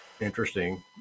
interesting